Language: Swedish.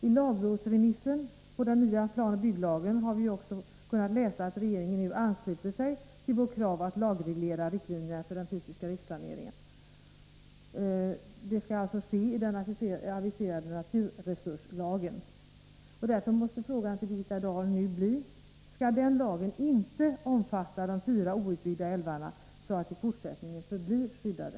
I lagrådsremissen rörande den nya planoch bygglagen har vi ju också kunnat läsa att regeringen nu ansluter sig till vårt krav om att lagreglera riktlinjerna för den fysiska riksplaneringen. Detta skall ske i den aviserade naturresurslagen. Frågan till Birgitta Dahl måste därför bli: Skall denna lag inte omfatta de fyra outbyggda älvarna, så att de i fortsättningen förblir skyddade?